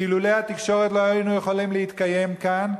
כי אילולא התקשורת לא היינו יכולים להתקיים כאן,